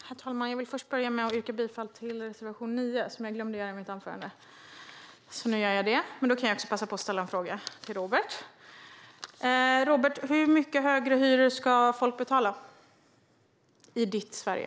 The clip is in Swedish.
Herr talman! Jag vill börja med att yrka bifall till reservation 9. Jag glömde att göra det i mitt anförande, så jag gör det nu. Men då kan jag också passa på att ställa en fråga till Robert. Robert! Hur mycket högre hyror ska folk betala i ditt Sverige?